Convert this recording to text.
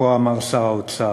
כה אמר שר האוצר: